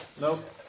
Nope